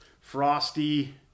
frosty